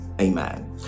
Amen